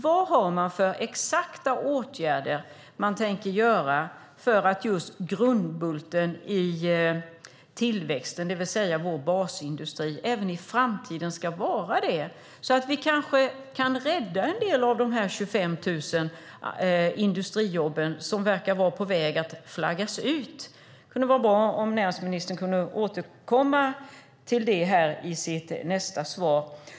Vad har man för exakta åtgärder som man tänker vidta för att grundbulten i tillväxten, det vill säga vår basindustri, även i framtiden ska vara just detta? Då kan vi i framtiden kanske rädda en del av de 25 000 industrijobb som verkar vara på väg att flaggas ut. Det skulle vara bra om näringsministern kunde återkomma till detta i sitt nästa svar.